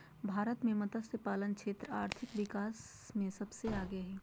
भारत मे मतस्यपालन क्षेत्र आर्थिक विकास मे सबसे आगे हइ